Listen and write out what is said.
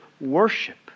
worship